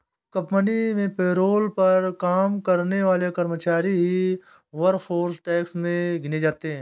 company में payroll पर काम करने वाले कर्मचारी ही वर्कफोर्स टैक्स में गिने जाते है